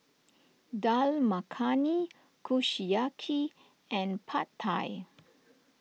Dal Makhani Kushiyaki and Pad Thai